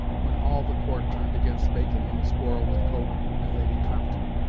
when all the court turned against bacon in his quarrel with coke and lady compton.